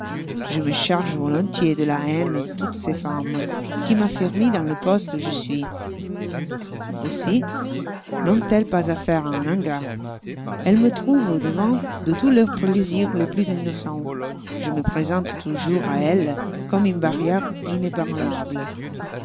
je me charge volontiers de la haine de toutes ces femmes qui m'affermit dans le poste où je suis aussi n'ont-elles pas affaire à un ingrat elles me trouvent au-devant de tous leurs plaisirs les plus innocents je me présente toujours à elles comme une barrière inébranlable